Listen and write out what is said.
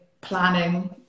planning